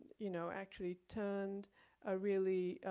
you know, actually turned a really